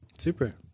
Super